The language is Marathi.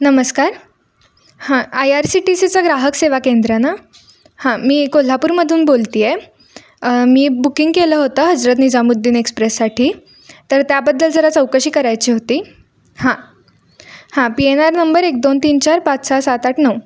नमस्कार हां आय आर सी टी सीचं ग्राहक सेवा केंद्र ना हां मी कोल्हापूरमधून बोलते आहे मी बुकिंग केलं होतं हजरत निजामुद्दीन एक्सप्रेससाठी तर त्याबद्दल जरा चौकशी करायची होती हां हां पी एन आर नंबर एक दोन तीन चार पाच सहा सात आठ नऊ